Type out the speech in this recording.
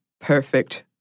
perfect